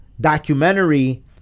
documentary